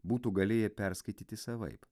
būtų galėję perskaityti savaip